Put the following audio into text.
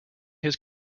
his